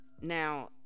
now